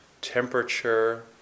temperature